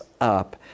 up